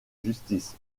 justice